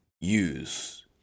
use